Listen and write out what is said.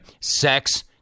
Sex